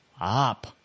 up